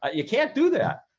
ah you can't do that